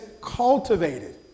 cultivated